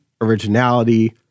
originality